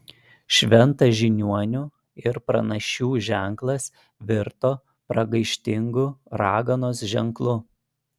šventas žiniuonių ir pranašių ženklas virto pragaištingu raganos ženklu